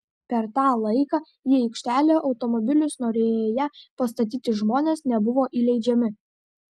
per tą laiką į aikštelę automobilius norėję pastatyti žmonės nebuvo įleidžiami